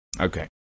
Okay